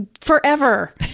forever